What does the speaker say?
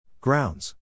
Grounds